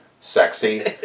sexy